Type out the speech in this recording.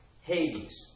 Hades